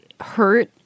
hurt